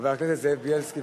חבר הכנסת זאב בילסקי,